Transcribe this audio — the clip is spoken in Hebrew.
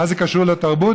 מה זה קשור לתרבות?